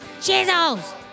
chisels